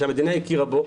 שהמדינה הכירה בו,